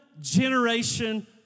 generation